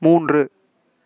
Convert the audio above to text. மூன்று